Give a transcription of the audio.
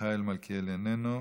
מיכאל מלכיאלי, איננו,